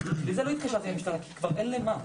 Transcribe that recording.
לזה לא התקשרתי למשטרה כי כבר אין למה.